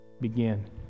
begin